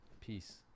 peace